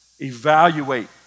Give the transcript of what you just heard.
evaluate